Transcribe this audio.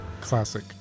Classic